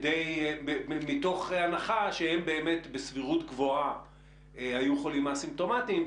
מתוך הנחה שהם באמת בסבירות גבוהה היו חולים אסימפטומטיים,